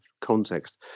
context